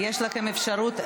יש לכם אפשרות,